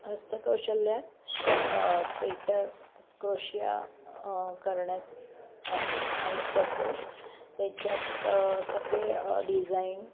हस्तकौशल्यात sweater क्रोशिया करण्यात आम आम्ही करतो त्याच्यात सगळे डिझाईन